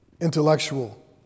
intellectual